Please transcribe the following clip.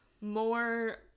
more